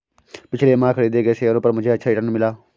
पिछले माह खरीदे गए शेयरों पर मुझे अच्छा रिटर्न मिला